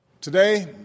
Today